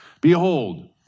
behold